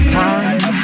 time